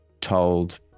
told